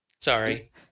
Sorry